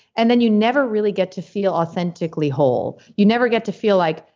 and then you never really get to feel authentically whole. you never get to feel like,